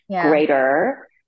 greater